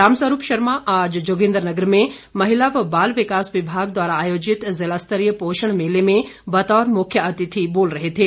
रामस्वरूप शर्मा आज जोगिंद्रनगर में महिला व बाल विकास विभाग द्वारा आयोजित जिला स्तरीय पोषण मेले में बतौर मुख्यातिथि बोल रहे थे